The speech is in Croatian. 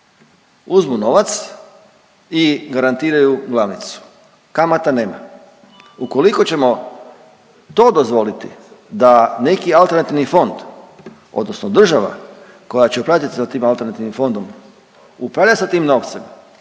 Uzmu novac i garantiraju glavnicu, kamata nema. Ukoliko ćemo to dozvoliti da neki alternativni fond, odnosno država koja će upravljati sa tim alternativnim fondom, upravljat sa tim novcem